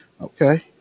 okay